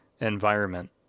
environment